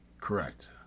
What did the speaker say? Correct